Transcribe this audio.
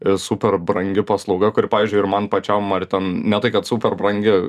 super brangi paslauga kuri pavyzdžiui ir man pačiam ar ten ne tai kad super brangi